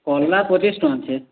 ପଚିଶ ଟଙ୍କା ଅଛେ